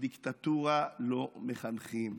בדיקטטורה לא מחנכים.